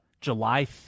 July